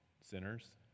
sinners